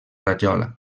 rajola